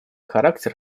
характер